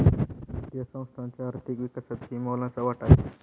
वित्तीय संस्थांचा आर्थिक विकासातही मोलाचा वाटा आहे